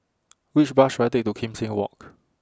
Which Bus should I Take to Kim Seng Walk